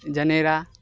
जनेरा